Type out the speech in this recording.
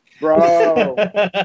Bro